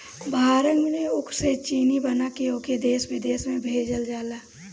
भारत में ऊख से चीनी बना के ओके देस बिदेस में बेचल जाला